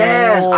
Yes